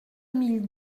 mille